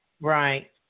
Right